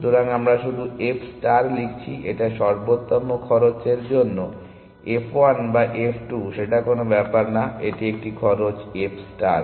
সুতরাং আমরা শুধু f স্টার লিখছি এটা সর্বোত্তম খরচের জন্য f 1 বা f 2 সেটা কোন ব্যাপার না এটি একটি খরচ f ষ্টার